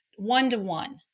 one-to-one